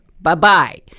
Bye-bye